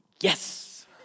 yes